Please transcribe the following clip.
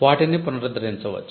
వాటిని పునరుద్ధరించవచ్చు